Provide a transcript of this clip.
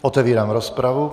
Otevírám rozpravu.